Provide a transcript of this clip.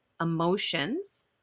emotions